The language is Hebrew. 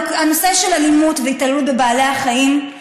הנושא של אלימות והתעללות בבעלי החיים,